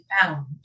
found